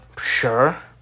Sure